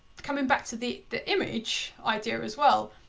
coming back to the the image idea as well,